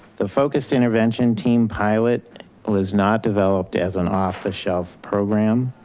the focused intervention team pilot was not developed as an off the shelf program.